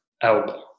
elbow